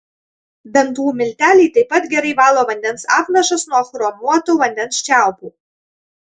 dantų milteliai taip pat gerai valo vandens apnašas nuo chromuotų vandens čiaupų